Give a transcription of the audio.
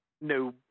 no